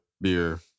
beer